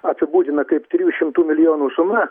apibūdina kaip trijų šimtų milijonų suma